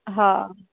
हा